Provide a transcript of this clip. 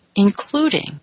including